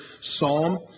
psalm